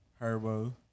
Herbo